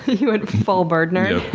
you went full bird nerd?